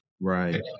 Right